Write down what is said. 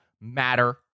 matter